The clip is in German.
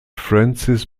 francis